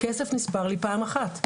כסף נספר לי פעם אחת.